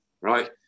right